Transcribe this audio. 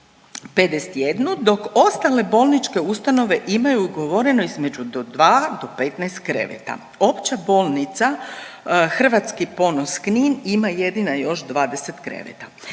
51, dok ostale bolničke ustanove imaju ugovoreno između do 2 do 15 kreveta. Opća bolnica Hrvatski ponos Knin ima jedina još 20 kreveta.